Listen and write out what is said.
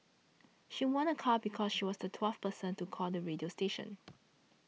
she won a car because she was the twelfth person to call the radio station